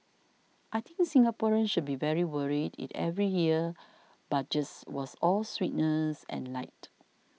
I think Singaporeans should be very worried it every year's Budgets was all sweetness and light